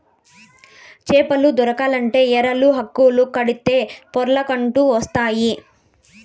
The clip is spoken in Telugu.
చేపలు దొరకాలంటే ఎరలు, హుక్కులు కడితే పొర్లకంటూ వస్తాయి